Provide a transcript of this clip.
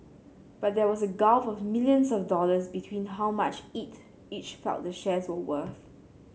but there was a gulf of millions of dollars between how much it each felt the shares were worth